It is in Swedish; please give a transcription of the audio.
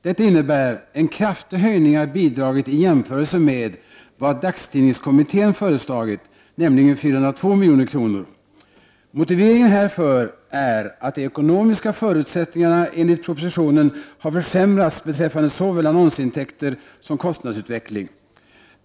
Detta innebär en kraftig höjning av bidraget i jämförelse med vad dagstidningskommittén föreslagit, nämligen 402 milj.kr. Motiveringen härför är att de ekonomiska förutsättningarna enligt propositionen har försämrats beträffande såväl annonsintäkter som kostnadsutveckling.